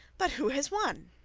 but who has won